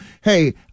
hey